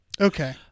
Okay